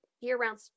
year-round